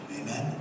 Amen